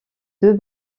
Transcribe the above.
deux